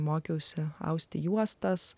mokiausi austi juostas